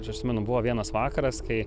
prisimenu buvo vienas vakaras kai